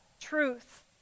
truth